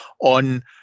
on